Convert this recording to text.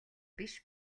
биш